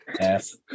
Yes